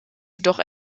jedoch